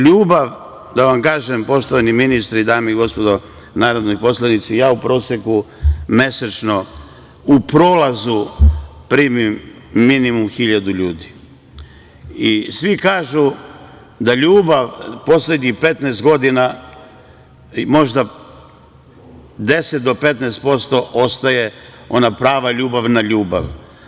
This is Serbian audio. Ljubav, da vam kažem, poštovani ministre i dame i gospodo narodni poslanici, ja u proseku mesečno u prolazu primim minimum 1.000 ljudi i svi kažu da ljubav poslednjih 15 godina, možda 10-15% ostaje ona prava ljubavna ljubav.